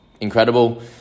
incredible